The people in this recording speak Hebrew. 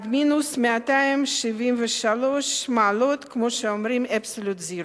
עד מינוס 273 מעלות, כמו שאומרים absolute zero.